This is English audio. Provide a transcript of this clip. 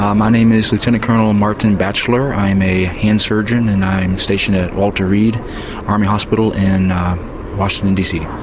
um ah name is lieutenant colonel martin baechler, i'm a hand surgeon and i'm stationed at walter reid army hospital in washington dc.